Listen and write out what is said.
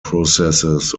processes